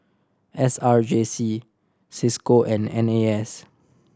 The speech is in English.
S R J C Cisco and N A S